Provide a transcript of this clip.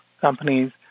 companies